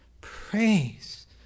Praise